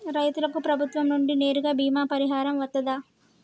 రైతులకు ప్రభుత్వం నుండి నేరుగా బీమా పరిహారం వత్తదా?